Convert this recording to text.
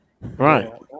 right